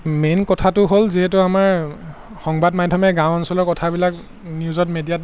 main কথাটো হ'ল যিহেতু আমাৰ সংবাদ মাধ্যমে গাঁও অঞ্চলৰ কথাবিলাক নিউজত মিডিয়াত